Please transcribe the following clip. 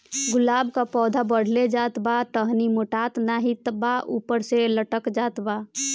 गुलाब क पौधा बढ़ले जात बा टहनी मोटात नाहीं बा ऊपर से लटक जात बा?